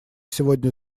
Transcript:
сегодня